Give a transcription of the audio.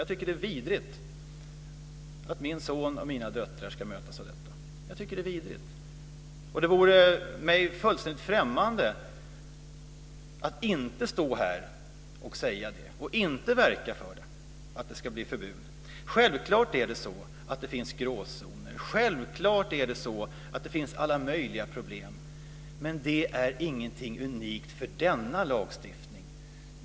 Jag tycker att det är vidrigt att min son och mina döttrar ska mötas av detta. Jag tycker att det är vidrigt. Det vore mig fullständigt främmande att inte stå här och säga detta och att inte verka för att det ska bli förbud. Självklart är det så att det finns gråzoner. Självklart är det så att det finns alla möjliga problem. Men det är ingenting unikt för denna lagstiftning.